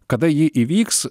kada ji įvyks